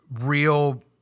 real